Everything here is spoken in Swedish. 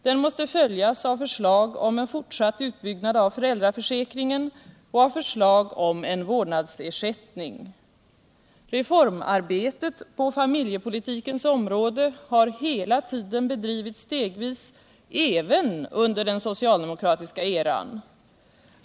Den måste följas av förslag om en fortsatt utbyggnad av föräldraförsäkringen och av förslag om en vårdnadsersättning. Reformarbetet på familjepolitikens område har hela tiden bedrivits stegvis, även under den socialdemokratiska eran.